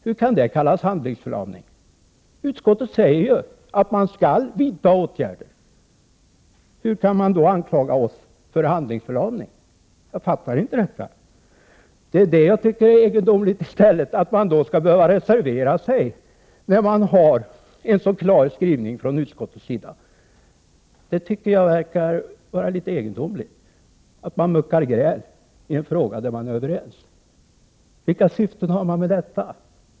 Hur kan det kallas handlingsförlamning, när utskottet säger att man skall vidta åtgärder? Jag fattar det inte. Det är i stället egendomligt att man skall behöva reservera sig när det finns en så klar skrivning från utskottet. Det verkar egendomligt att man muckar gräl i en fråga där man är överens. Vilka syften kan man ha med detta?